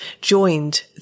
joined